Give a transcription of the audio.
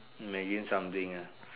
imagine something uh